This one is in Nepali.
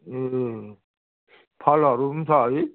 ए फलहरू पनि छ है